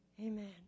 Amen